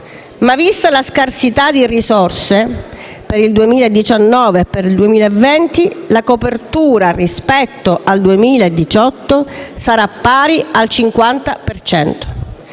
ma, vista la scarsità di risorse per il 2019 e il 2020, la copertura rispetto al 2018 sarà pari al 50